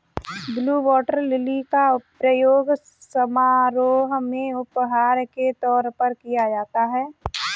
blue water lily का प्रयोग समारोह में उपहार के तौर पर किया जाता है